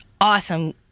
awesome